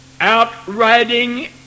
Outriding